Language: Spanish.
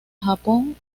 japón